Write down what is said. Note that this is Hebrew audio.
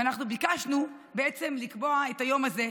ואנחנו ביקשנו בעצם לקבוע את היום הזה,